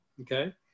Okay